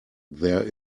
there